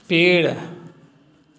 पेड़